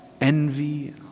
envy